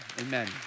Amen